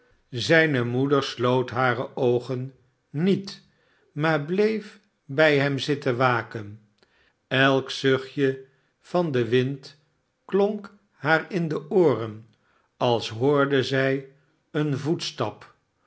zijne moeder sloot hare oogen niet maar bleef bij hem zitten wken elk zuchtje van den wind klonk haar in de ooren als hoorde zij een voetstap